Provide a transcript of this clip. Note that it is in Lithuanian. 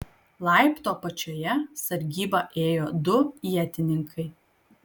laiptų apačioje sargybą ėjo du ietininkai